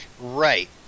Right